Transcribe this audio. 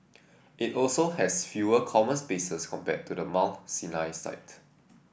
it also has fewer common spaces compared to the Mount Sinai site